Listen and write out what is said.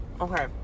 Okay